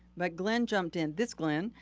but glenn jumped in, this glenn,